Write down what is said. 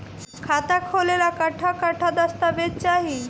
खाता खोले ला कट्ठा कट्ठा दस्तावेज चाहीं?